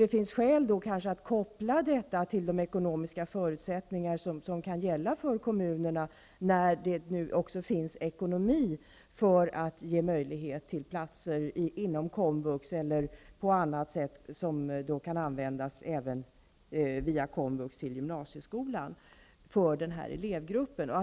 Det finns skäl att koppla detta till de ekonomiska förutsättningar som kan gälla för kommunerna, när det nu finns ekonomi för att ge möjlighet till platser inom komvux eller på annat sätt, som kan användas för denna elevgrupp via komvux till gymnasieskolan.